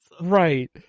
Right